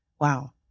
wow